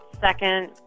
second